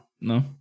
No